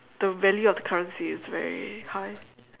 the value of the currency is very high